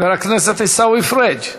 חבר הכנסת עיסאווי פריג',